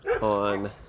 on